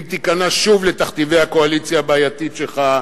אם תיכנע שוב לתכתיבי הקואליציה הבעייתית שלך,